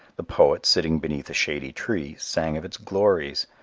the poet, sitting beneath a shady tree, sang of its glories.